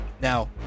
Now